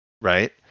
right